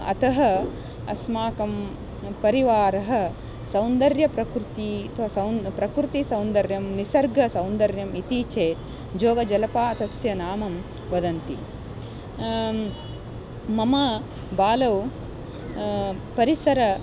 अतः अस्माकं परिवारः सौन्दर्यप्रकृतिः अथवा सौन्दर्यं प्रकृतिसौन्दर्यं निसर्गसौन्दर्यम् इति चेत् जोगजलपातस्य नाम वदन्ति मम बालौ परिसरं